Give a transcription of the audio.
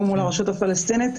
הפלסטינית),